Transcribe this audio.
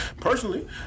Personally